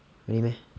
really meh